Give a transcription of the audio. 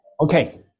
Okay